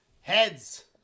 Heads